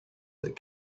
that